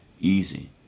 easy